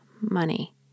money